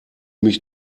mich